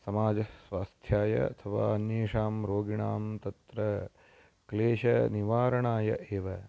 समाजस्वास्थ्याय अथवा अन्येषां रोगिणां तत्र क्लेशनिवारणाय एव